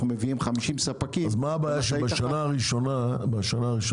מביאים חמישים ספקים --- אז מה הבעיה שבשנה הראשונה ילכו